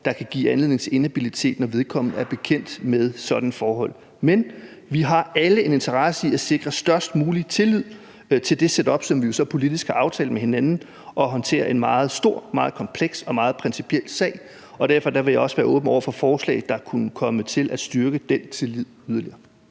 der kan give anledning til inhabilitet, når vedkommende er bekendt med sådanne forhold. Men vi har alle en interesse i at sikre, at der er den størst mulige tillid til et setup, som vi jo så politisk har aftalt med hinanden, i forhold til at håndtere en meget stor, en meget kompleks og en meget principiel sag, og derfor vil jeg også være åben over for forslag, der kunne komme til at styrke den tillid yderligere.